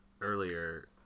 earlier